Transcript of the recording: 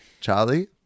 Charlie